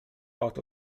out